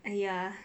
!aiya!